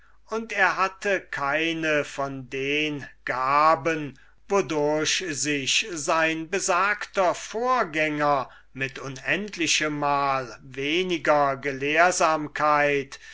und er hatte keine von den gaben wodurch sich sein besagter vorgänger mit unendlichmal weniger gelehrsamkeit